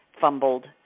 fumbled